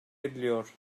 ediliyor